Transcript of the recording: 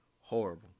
horrible